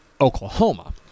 Oklahoma